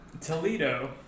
Toledo